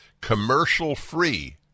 commercial-free